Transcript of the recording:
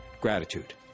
gratitude